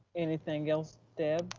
anything else, deb?